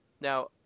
Now